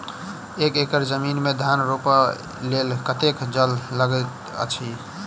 एक एकड़ जमीन मे धान रोपय लेल कतेक जल लागति अछि?